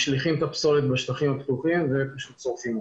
משליכים את הפסולת בשטחים הפתוחים ופשוט שורפים.